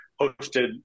hosted